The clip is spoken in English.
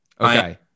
Okay